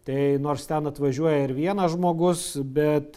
tai nors ten atvažiuoja ir vienas žmogus bet